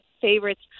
favorites